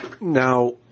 Now